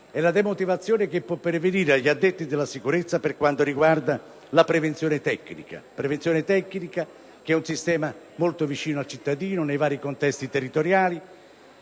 è la demotivazione che può venire agli addetti alla sicurezza per quanto riguarda la prevenzione tecnica. Quest'ultima è un sistema molto vicino al cittadino nei vari contesti territoriali,